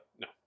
No